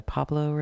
Pablo